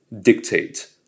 dictate